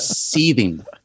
seething